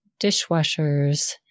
dishwashers